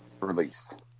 released